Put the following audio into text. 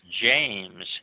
James